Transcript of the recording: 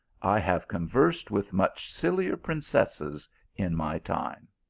have conversed with much sillier princesses in my time.